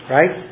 Right